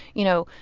you know,